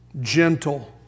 gentle